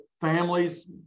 families